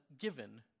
given